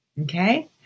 Okay